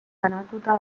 banatuta